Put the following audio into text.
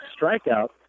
Strikeout